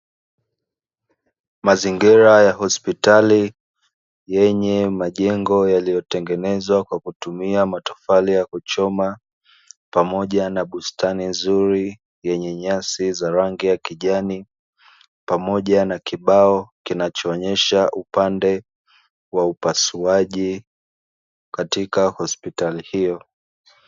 Mazingira ya hospitali yenye majengo yaliyotengenezwa kwa kutumia matofali ya kuchoma, pamoja na bustani nzuri yenye nyasi za rangi ya kijani, pamoja na kibao kinachoonyesha upande wa upasuaji katika hospitali hiyo.